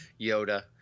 Yoda